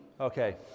Okay